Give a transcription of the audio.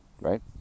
right